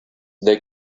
they